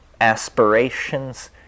aspirations